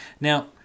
now